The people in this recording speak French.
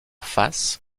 face